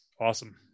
awesome